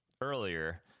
earlier